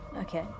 Okay